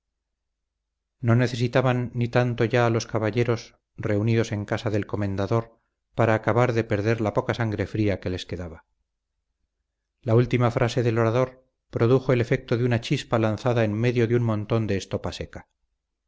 no necesitaban ni tanto ya los caballeros reunidos en casa del comendador para acabar de perder la poca sangre fría que les quedaba la última frase del orador produjo el efecto de una chispa lanzada en medio de un montón de estopa seca